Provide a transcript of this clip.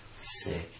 Sick